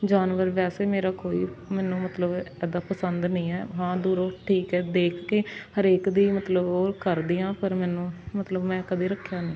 ਜਾਨਵਰ ਵੈਸੇ ਮੇਰਾ ਕੋਈ ਮੈਨੂੰ ਮਤਲਬ ਇੱਦਾਂ ਪਸੰਦ ਨਹੀਂ ਹੈ ਹਾਂ ਦੂਰੋ ਠੀਕ ਹੈ ਦੇਖ ਕੇ ਹਰੇਕ ਦੀ ਮਤਲਬ ਉਹ ਕਰਦੀ ਹਾਂ ਪਰ ਮੈਨੂੰ ਮਤਲਬ ਮੈਂ ਕਦੇ ਰੱਖਿਆ ਨਹੀਂ